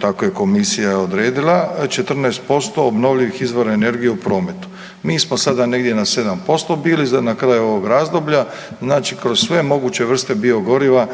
tako je komisija odredila 14% obnovljivih izvora energije u prometu. Mi smo sada negdje na 7% bili na kraju ovog razdoblja. Znači kroz sve moguće vrste biogoriva